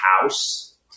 house